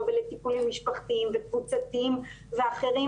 ולטיפולים משפחתיים וקבוצתיים ואחרים,